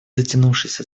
затянувшийся